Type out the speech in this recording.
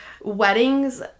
weddings